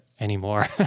anymore